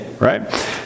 right